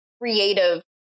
creative